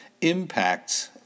impacts